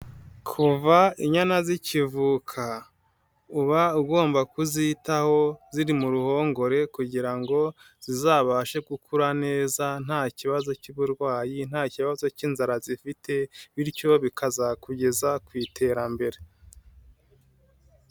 Kuva inyana zikivuka uba ugomba kuzitaho ziri mu ruhongore kugira ngo zizabashe gukura neza nta kibazo cy'uburwayi, nta kibazo k'inzara zifite bityo bikazakugeza ku iterambere.